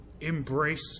embrace